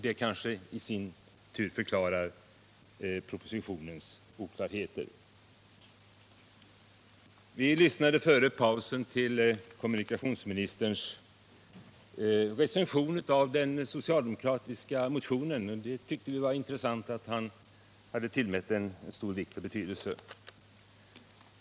Det kanske i sin tur förklarar propositionens oklarheter. Vi lyssnade före pausen till kommunikationsministerns recension av 149 den socialdemokratiska motionen, och vi tyckte det var intressant att han hade tillmätt den så stor vikt och betydelse.